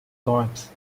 corpse